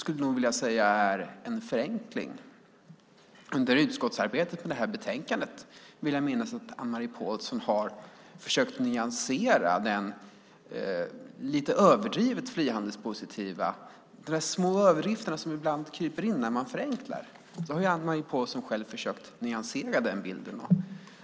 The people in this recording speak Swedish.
Under utskottsarbetet med betänkandet vill jag minnas att Anne-Marie Pålsson har försökt att nyansera det som har varit lite överdrivet frihandelspositivt. Det gäller de små överdrifterna som ibland kryper in när man förenklar. Anne-Marie Pålsson har själv försökt att nyansera den bilden.